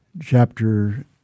chapter